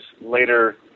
later